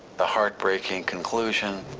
the heartbreaking conclusion,